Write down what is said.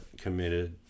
committed